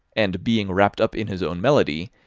and being wrapped up in his own melody,